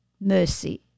mercy